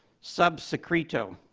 sub secreto.